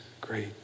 great